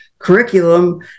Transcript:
curriculum